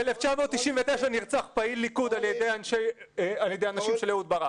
ב-1999 נרצח פעיל ליכוד על ידי אנשים של אהוד ברק,